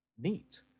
Neat